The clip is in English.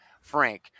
frank